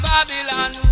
Babylon